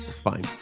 fine